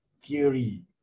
theory